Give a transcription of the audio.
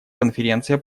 конференция